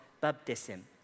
baptism